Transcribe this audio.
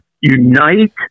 unite